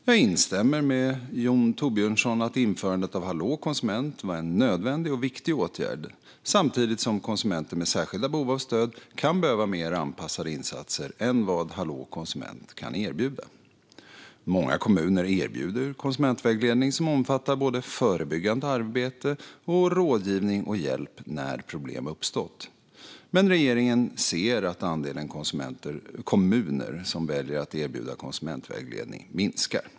Jag instämmer med Jon Thorbjörnson i att införandet av Hallå konsument var en nödvändig och viktig åtgärd, samtidigt som konsumenter med särskilda behov av stöd kan behöva mer anpassade insatser än vad Hallå konsument kan erbjuda. Många kommuner erbjuder konsumentvägledning som omfattar både förebyggande arbete och rådgivning och hjälp när problem uppstått. Men regeringen ser att andelen kommuner som väljer att erbjuda konsumentvägledning minskar.